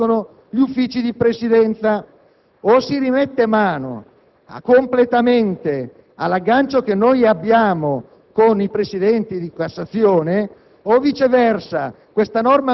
Il problema è che la nostra indennità corrisponde a quella di un magistrato di Cassazione che svolge funzioni dirigenziali.